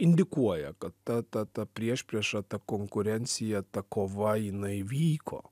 indikuoja kad ta ta ta priešprieša ta konkurencija ta kova jinai vyko